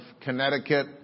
Connecticut